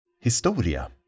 Historia